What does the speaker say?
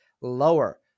lower